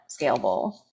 scalable